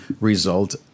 result